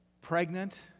pregnant